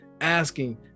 asking